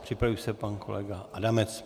Připraví se pan kolega Adamec.